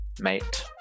mate